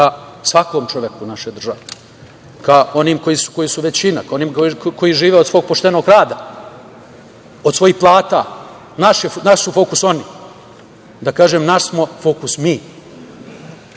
ka svakom čoveku naše države, ka onima koji su većina, koji žive od svog poštenog rada, od svojih plata. Naš su fokus oni. Da kažem, naš smo fokus mi. Mi